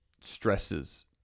stresses